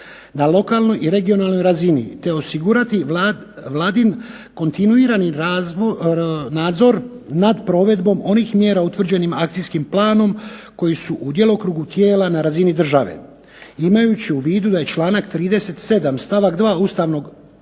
na lokalnoj i regionalnoj razini te osigurati Vladin kontinuirani nadzor nad provedbom onih mjera utvrđenih Akcijskim planom koji su u djelokrugu tijela na razini države. Imajući u vidu da je članak 37. stavak 2. ustavnog